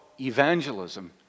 evangelism